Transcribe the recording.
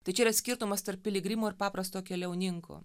tai čia yra skirtumas tarp piligrimo ir paprasto keliauninko